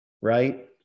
Right